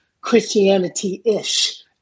Christianity-ish